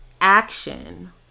action